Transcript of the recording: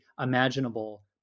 imaginable